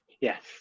Yes